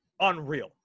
Unreal